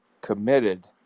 committed